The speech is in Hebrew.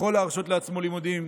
ויכול להרשות לעצמו לימודים,